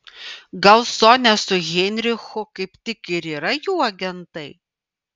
gal sonia su heinrichu kaip tik ir yra jų agentai